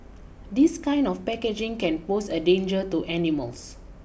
this kind of packaging can pose a danger to animals